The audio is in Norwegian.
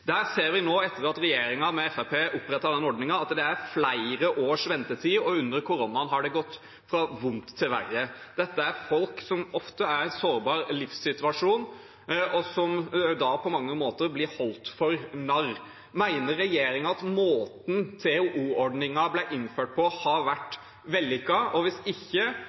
Der ser vi nå at etter at regjeringen og Fremskrittspartiet opprettet den ordningen, er det flere års ventetid, og under koronaen har det gått fra vondt til verre. Dette er folk som ofte er i en sårbar livssituasjon, og som da på mange måter blir holdt for narr. Mener regjeringen at måten TOO-ordningen ble innført på, har vært vellykket? Og hvis ikke